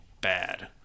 bad